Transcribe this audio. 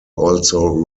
also